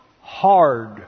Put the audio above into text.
hard